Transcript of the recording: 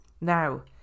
Now